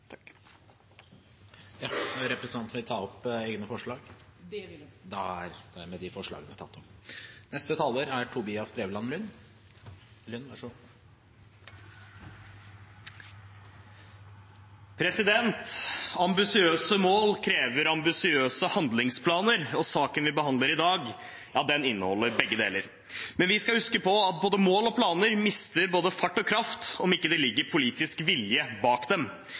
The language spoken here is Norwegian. representanten ta opp forslag? Det vil jeg. Representanten Grete Wold har tatt opp de forslagene SV har alene og sammen med Rødt. Ambisiøse mål krever ambisiøse handlingsplaner, og saken vi behandler i dag, inneholder begge deler. Men vi skal huske på at både mål og planer mister både fart og kraft om det ikke ligger politisk vilje bak dem.